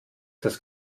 das